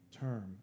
term